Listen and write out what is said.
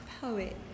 poet